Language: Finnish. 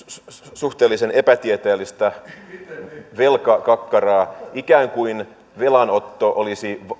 suhteellisen epätieteellistä velkakakkaraa ikään kuin velanotto olisi